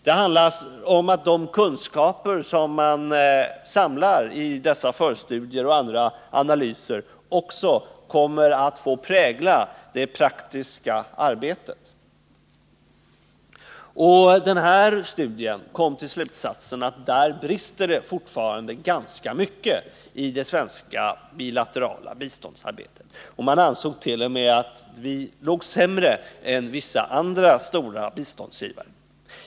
Det handlar om att de kunskaper som man samlar i dessa förstudier och i andra analyser också kommer att få prägla det praktiska arbetet. Den här studien kom till slutsatsen att i dessa avseenden brister det fortfarande ganska mycket i det svenska bilaterala biståndsarbetet. Man ansåg t.o.m. att vi låg sämre till än vissa andra stora biståndsgivare.